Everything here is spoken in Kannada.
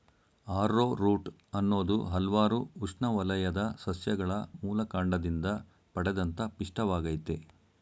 ಆರ್ರೋರೂಟ್ ಅನ್ನೋದು ಹಲ್ವಾರು ಉಷ್ಣವಲಯದ ಸಸ್ಯಗಳ ಮೂಲಕಾಂಡದಿಂದ ಪಡೆದಂತ ಪಿಷ್ಟವಾಗಯ್ತೆ